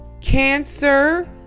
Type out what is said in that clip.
cancer